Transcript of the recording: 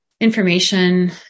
information